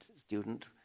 student